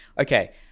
okay